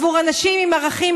עבור אנשים עם ערכים,